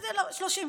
30,